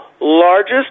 largest